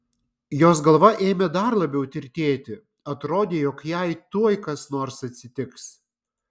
jos galva ėmė dar labiau tirtėti atrodė jog jai tuoj kas nors atsitiks